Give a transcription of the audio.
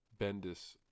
Bendis